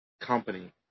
company